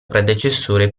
predecessore